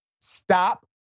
Stop